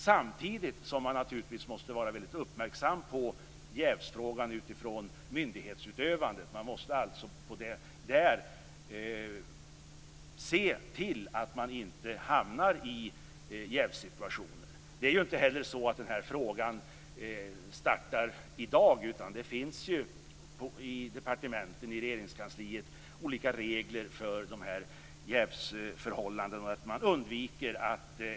Samtidigt måste man naturligtvis vara uppmärksam på jävsfrågan i fråga om myndighetsutövandet. Det gäller att se till att man inte hamnar i jävssituationer. Frågan har inte uppstått i dag. Det finns inom Regeringskansliet regler med tanke på jävsförhållanden.